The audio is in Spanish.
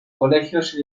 colegios